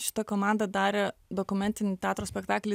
šita komanda darė dokumentinį teatro spektaklį